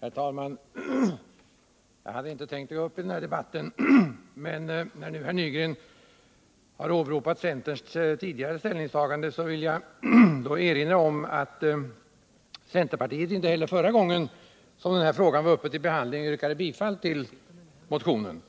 Herr talman! Jag hade inte tänkt gå upp i den här debatten, men eftersom nu herr Nygren har åberopat centerns tidigare ställningstagande vill jag erinra om att centerpartiet inte heller förra gången, då frågan var uppe till behandling, yrkade bifall till motionen.